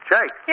Jake